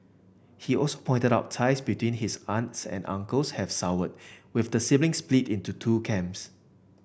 he also pointed out ties between his aunts and uncles have soured with the siblings split into two camps